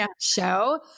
show